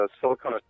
Silicon